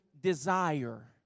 desire